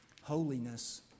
Holiness